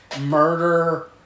murder